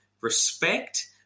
respect